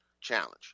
challenge